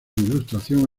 ilustración